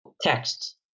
texts